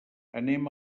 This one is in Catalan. anem